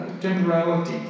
temporality